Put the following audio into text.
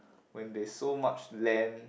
when there's so much land